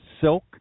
silk